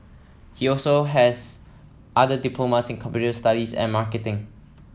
he also has other diplomas in computer studies and marketing